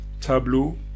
Tableau